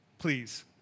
please